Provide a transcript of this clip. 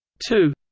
two